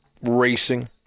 racing